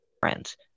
Friends